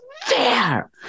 fair